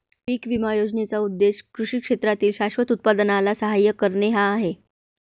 पीक विमा योजनेचा उद्देश कृषी क्षेत्रातील शाश्वत उत्पादनाला सहाय्य करणे हा आहे